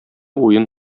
уен